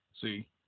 see